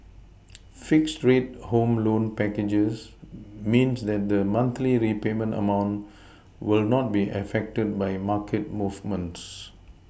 fixed rate home loan packages means that the monthly repayment amount will not be affected by market movements